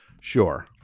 Sure